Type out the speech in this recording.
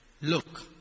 look